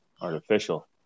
artificial